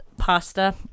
Pasta